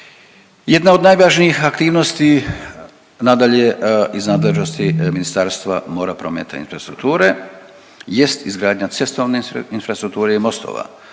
Jedna od najvažnijih aktivnosti nadalje iz nadležnosti Ministarstva mora, prometa i infrastrukture jest izgradnja cestovne infrastrukture i mostova.